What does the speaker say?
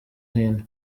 hino